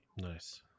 nice